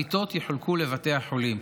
המיטות יחולקו לבתי החולים.